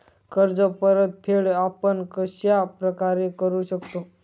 कर्ज परतफेड आपण कश्या प्रकारे करु शकतो?